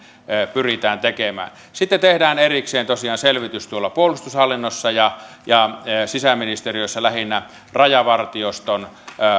pyritään tekemään sitten tehdään erikseen tosiaan selvitys puolustushallinnossa ja ja sisäministeriössä lähinnä rajavartioston